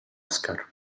oscar